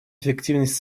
эффективность